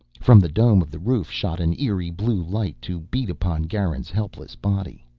from the dome of the roof shot an eerie blue light to beat upon garin's helpless body.